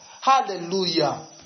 Hallelujah